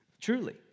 truly